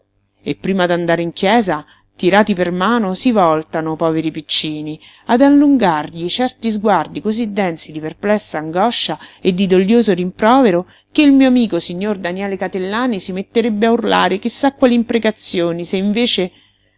e prima d'andare in chiesa tirati per mano si voltano poveri piccini ad allungargli certi sguardi cosí densi di perplessa angoscia e di doglioso rimprovero che il mio amico signor daniele catellani si metterebbe a urlare chi sa quali imprecazioni se invece